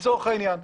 לצורך העניין,